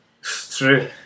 true